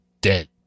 dead